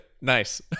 nice